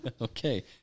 Okay